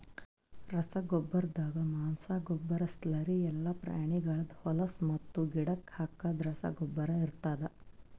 ರಸಗೊಬ್ಬರ್ದಾಗ ಮಾಂಸ, ಗೊಬ್ಬರ, ಸ್ಲರಿ ಎಲ್ಲಾ ಪ್ರಾಣಿಗಳ್ದ್ ಹೊಲುಸು ಮತ್ತು ಗಿಡಕ್ ಹಾಕದ್ ರಸಗೊಬ್ಬರ ಇರ್ತಾದ್